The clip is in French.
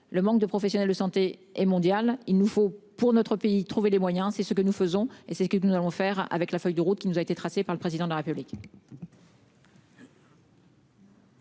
Le manque de professionnels de santé et mondial. Il nous faut pour notre pays, trouver les moyens c'est ce que nous faisons et c'est ce que nous allons faire avec la feuille de route qui nous a été tracée par le président de la République.